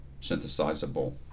synthesizable